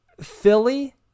Philly